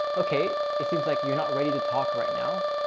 okay, it seems like you're not ready to talk right now.